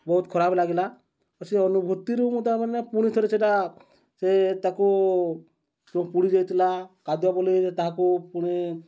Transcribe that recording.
ବହୁତ ଖରାପ ଲାଗିଲା ସେ ଅନୁଭୂତିରୁ ମୁଁ ତା' ମାନେ ପୁଣିଥରେ ସେଟା ସେ ତାକୁ ଯେଉଁ ପୋଡ଼ି ଯାଇଥିଲା କାଦୁଆ ବୋଲି ତାହାକୁ ପୁଣି